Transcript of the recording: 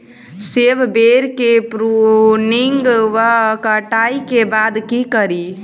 सेब बेर केँ प्रूनिंग वा कटाई केँ बाद की करि?